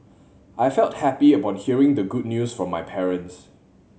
I felt happy upon hearing the good news from my parents